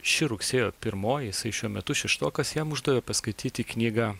ši rugsėjo pirmoji jisai šiuo metu šeštokas jam uždavė paskaityti knygą